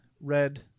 red